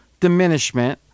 diminishment